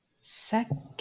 second